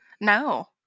No